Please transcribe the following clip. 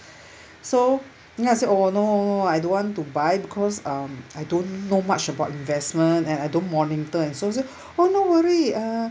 so then I said oh no no no I don't want to buy because um I don't know much about investment and I don't monitor and he said oh no worry uh